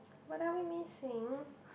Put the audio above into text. what are we missing